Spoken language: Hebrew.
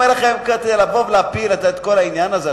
לבוא ולהפיל את כל העניין הזה,